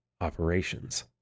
operations